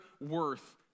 worth